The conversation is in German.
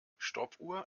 stoppuhr